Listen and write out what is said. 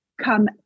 come